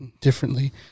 differently